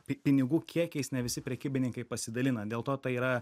pinigų kiekiais ne visi prekybininkai pasidalina dėl to tai yra